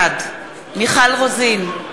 בעד מיכל רוזין,